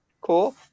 Cool